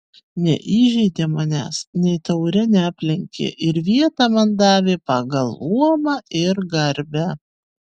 neįžeidė manęs nei taure neaplenkė ir vietą man davė pagal luomą ir garbę